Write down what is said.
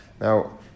Now